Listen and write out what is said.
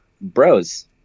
Bros